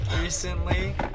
recently